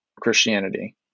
Christianity